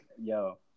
Yo